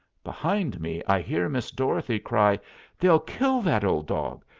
behind me i hear miss dorothy cry they'll kill that old dog.